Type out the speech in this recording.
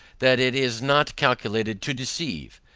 that it is not calculated to deceive,